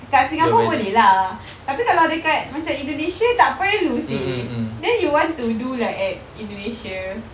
kat singapore boleh lah tapi kalau dekat macam indonesia tak perlu seh then you want to do like at indonesia